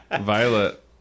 Violet